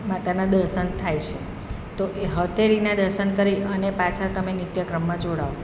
માતાના દર્શન થાય છે તો એ હથેળીના દર્શન કરી અને પાછા તમે નિત્યક્રમમાં જોડાવ